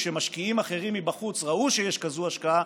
כשמשקיעים אחרים מבחוץ ראו שיש כזאת השקעה,